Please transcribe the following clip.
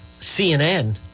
CNN